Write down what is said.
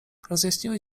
rozjaśniły